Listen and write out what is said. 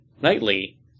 Nightly